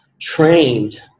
trained